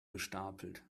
gestapelt